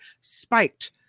spiked